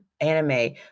anime